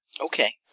Okay